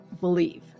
believe